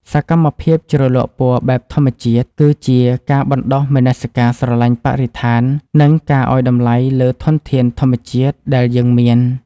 សកម្មភាពជ្រលក់ពណ៌បែបធម្មជាតិគឺជាការបណ្ដុះមនសិការស្រឡាញ់បរិស្ថាន និង ការឱ្យតម្លៃលើធនធានធម្មជាតិដែលយើងមាន។